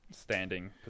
standing